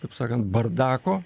kaip sakant bardako